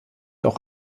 auch